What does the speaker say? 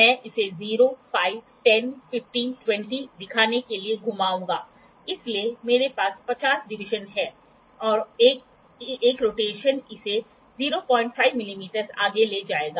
मैं इसे ० ५१० १५ २० दिखाने के लिए घुमाऊंगा इसलिए मेरे पास ५० डिवीजन हैं और एक रोटेशन इसे ०५ मिमी आगे ले जाएगा